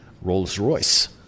Rolls-Royce